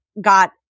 got